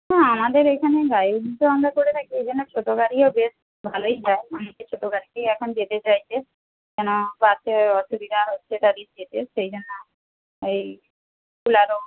না আমাদের এইখানে গাড়ি তো আমরা করে থাকি এখানে ছোটো গাড়িও বেশ ভালোই যায় অনেকে ছোটো গাড়িতেই এখন যেতে চাইছে কেন বাসে অসুবিধা হচ্ছে তাদের যেতে সেই জন্য ওই বোলারো